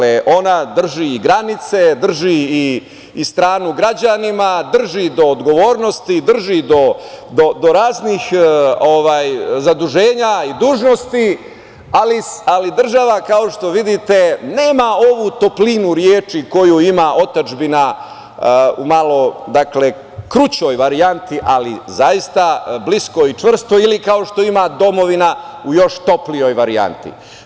Ona drži i granice, drži i stranu građanima, drži do odgovornosti, drži do raznih zaduženja i dužnosti, ali država kao što vidite nema ovu toplinu reči koju ima otadžbina u maloj krućoj varijanti, ali zaista bliskoj i čvrstoj ili kao što ima domovina u još toplijoj varjanti.